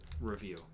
review